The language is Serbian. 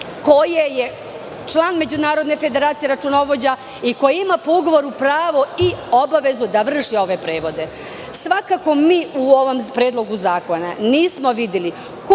koje je član Međunarodne federacije računovođa i koje ima po ugovoru pravo i obavezu da vrši ove prevode. Svakako, mi u ovom predlogu zakona nismo videli